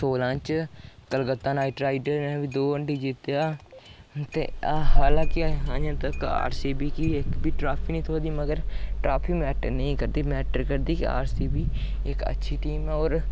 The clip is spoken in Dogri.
सोलां च कलकत्ता नाइट राईडरज नै बी दो हांडी जित्तेआ ते हालांकि अजें तक आरसीबी इक बी ट्राफी निं थ्होई दी मगर ट्राफी मैटर निं करदी मैटर करदी कि आरसीबी इक अच्छी टीम ऐ और